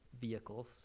vehicles